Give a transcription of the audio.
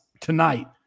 tonight